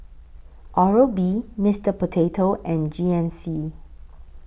Oral B Mister Potato and G N C